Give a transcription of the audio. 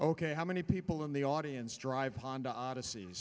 ok how many people in the audience drive honda odyssey